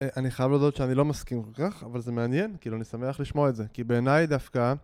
אני חייב להודות שאני לא מסכים כל כך, אבל זה מעניין, כאילו, אני שמח לשמוע את זה, כי בעיניי דווקא...